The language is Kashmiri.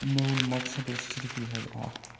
میون مقصَد اوس صِرف یِہوٚے اَکھ